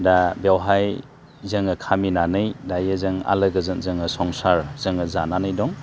दा बेवहाय जोङो खामिनानै दायो जों आलो गोजोन जोङो संसार जोङो जानानै दं